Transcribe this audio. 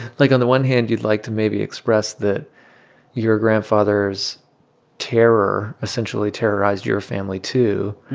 like, on the one hand, you'd like to maybe express that your grandfather's terror, essentially, terrorized your family, too,